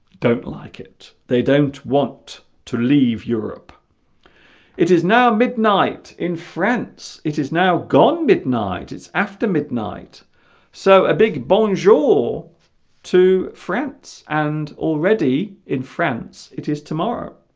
don't like it they don't want to leave europe it is now midnight in france it is now gone midnight it's after midnight so a big bonjour to france and already in france it is tomorrow